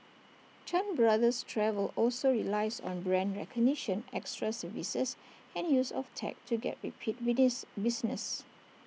chan brothers travel also relies on brand recognition extra services and use of tech to get repeat business